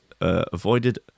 avoided